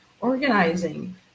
Organizing